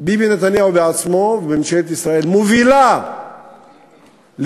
ביבי נתניהו בעצמו וממשלת ישראל מובילים להתעצמות